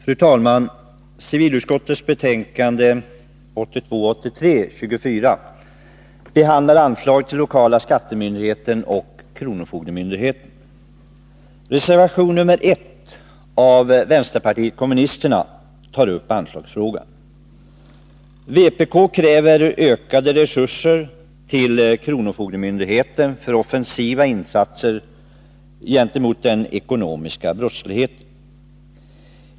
Fru talman! Civilutskottets betänkande 1982/83:24 behandlar anslag till lokala skattemyndigheterna och kronofogdemyndigheterna. Reservation nr 1 av vänsterpartiet kommunisterna tar upp anslagsfrågan. Vpk kräver ökade resurser till kronofogdemyndigheten för offensiva insatser gentemot den ekonomiska brottsligheten.